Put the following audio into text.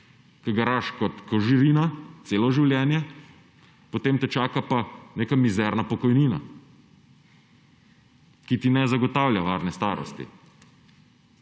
ker garaš kot živina celo življenje, potem te čaka pa neka mizerna pokojnina, ki ti ne zagotavlja varne starosti.